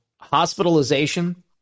hospitalization